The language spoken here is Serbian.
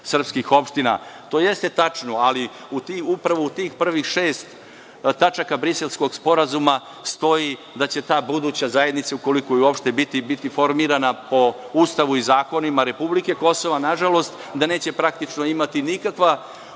To jeste tačno, ali upravo u tih prvih šest tačaka Briselskog sporazuma stoji da će ta buduća zajednica, ukoliko će uopšte biti formirana, po Ustavu i zakonima republike kosova, nažalost da neće praktično imati nikakva